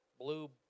Blue